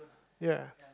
ya